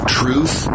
truth